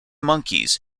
monkeys